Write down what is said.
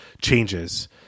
changes